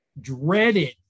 dreaded